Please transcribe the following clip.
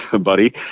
buddy